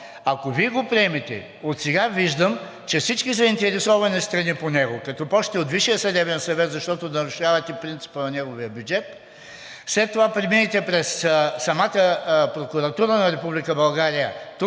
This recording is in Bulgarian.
ако Вие го приемете, отсега виждам, че всички заинтересовани страни по него, като почнете от Висшия съдебен съвет, защото нарушавате принципа на неговия бюджет, след това преминете през самата Прокуратура на